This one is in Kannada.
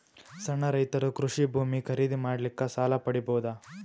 ಸಣ್ಣ ರೈತರು ಕೃಷಿ ಭೂಮಿ ಖರೀದಿ ಮಾಡ್ಲಿಕ್ಕ ಸಾಲ ಪಡಿಬೋದ?